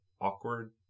awkward